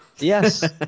Yes